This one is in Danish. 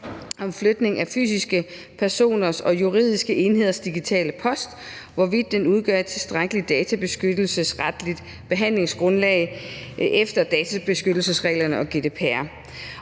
om flytning af fysiske personers og juridiske enheders digitale post, i forhold til hvorvidt den udgør et tilstrækkelig databeskyttelsesretligt behandlingsgrundlag efter databeskyttelsesreglerne og GDPR.